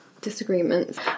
disagreements